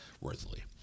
worthily